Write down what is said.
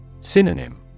Synonym